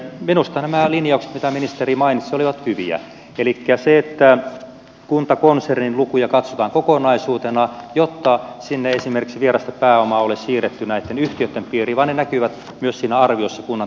minusta nämä linjaukset mitä ministeri mainitsi olivat hyviä elikkä se että kuntakonsernin lukuja katsotaan kokonaisuutena jotta sinne ei esimerkiksi vierasta pääomaa ole siirretty näitten yhtiöitten piiriin vaan ne näkyvät myös siinä arviossa kunnan taloudellisesta tilanteesta